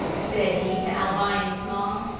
said he to albion small.